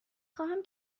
خواهم